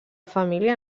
família